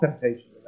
temptation